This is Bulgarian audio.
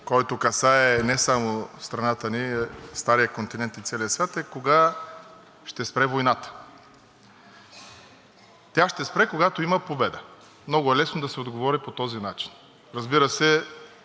Тя ще спре, когато има победа. Много е лесно да се отговори по този начин. Разбира се, следва следващият въпрос – каква победа? За нас от „Движение за права и свободи“ е много важна победата на мира.